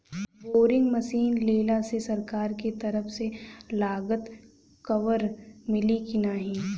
Boring machine लेला मे सरकार के तरफ से लागत कवर मिली की नाही?